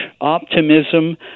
optimism